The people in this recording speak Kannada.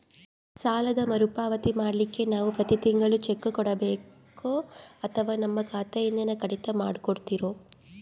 ಸಾಲದ ಮರುಪಾವತಿ ಮಾಡ್ಲಿಕ್ಕೆ ನಾವು ಪ್ರತಿ ತಿಂಗಳು ಚೆಕ್ಕು ಕೊಡಬೇಕೋ ಅಥವಾ ನಮ್ಮ ಖಾತೆಯಿಂದನೆ ಕಡಿತ ಮಾಡ್ಕೊತಿರೋ?